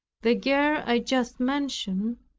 the girl i just mentioned,